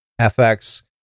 FX